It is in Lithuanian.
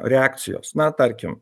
reakcijos na tarkim